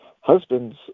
Husbands